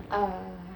um